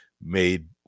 made